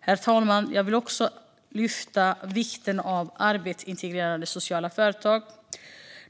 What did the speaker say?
Herr talman! Jag vill också lyfta fram vikten av arbetsintegrerande sociala företag.